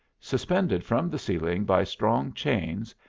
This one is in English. suspended from the ceiling by strong chains,